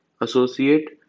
associate